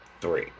three